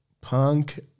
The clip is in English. Punk